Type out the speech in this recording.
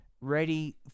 ready